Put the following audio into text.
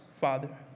Father